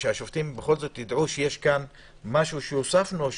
שהשופטים יידעו שיש פה משהו שהוספנו,